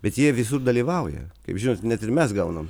bet jie visur dalyvauja kaip žinot net ir mes gaunam